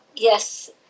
yes